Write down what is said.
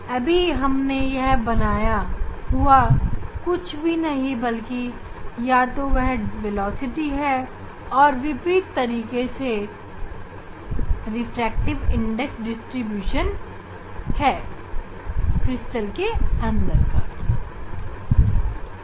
अभी हमने यहां वेलोसिटी का प्रति चित्रण बनाया हुआ है उसी को विपरीत करने से हमें चल के अंदर रिफ्रैक्टिव इंडेक्स का प्रति चित्रण मिल जाएगा